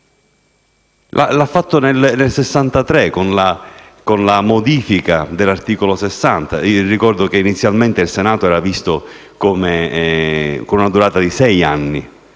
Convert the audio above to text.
truffa e nel 1963 con la modifica dell'articolo 60. Ricordo che, inizialmente, il Senato aveva una durata di sei anni,